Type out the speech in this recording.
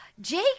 Jake